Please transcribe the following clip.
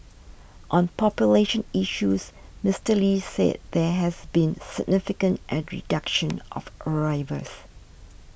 on population issues Mister Lee said there has been significant reduction of new arrivals